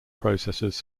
processes